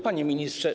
Panie Ministrze!